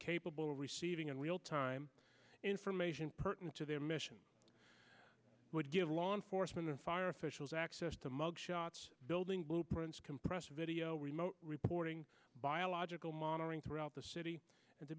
capable of receiving in real time information pertinent to their mission would give law enforcement and fire officials access to mug shots building blueprints compress video remote reporting biological monitoring throughout the city